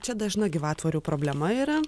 čia dažna gyvatvorių problema yra